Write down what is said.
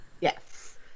Yes